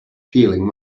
feeling